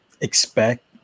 expect